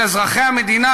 של אזרחי המדינה,